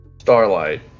Starlight